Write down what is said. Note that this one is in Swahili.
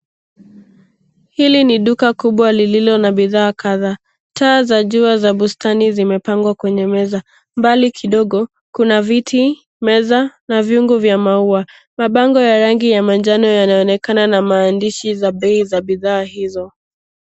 Hili ni duka kubwa lililo na bidhaa kadhaa, taa za jua za bustani zime pangwa kwenye meza, mbali kidogo kuna viti, meza na viungo vya maua, mabango ya rangi ya manjano yana onekana na maandishi ya bei za bidhaa hizo.